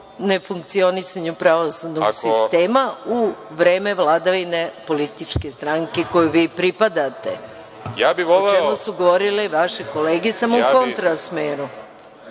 nefunkcionisanju pravosudnog sistema u vreme vladavine političke stranke kojoj vi pripadate, o čemu su govorile i vaše kolege, samo u kontra smeru.